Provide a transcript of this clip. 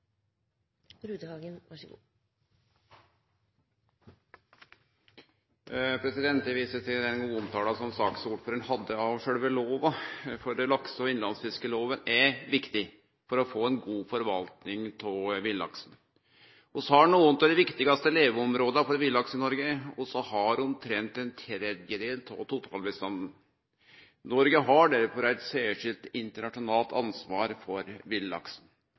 viser til den omtala som saksordføraren hadde av sjølve lova. Lakse- og innlandsfisklova er viktig for å få ei god forvalting av villaksen. Vi har nokre av dei viktigaste leveområda for villlaks i Noreg, og vi har omtrent ein tredel av totalbestanden. Noreg har derfor eit særskilt internasjonalt ansvar for villaksen.